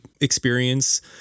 experience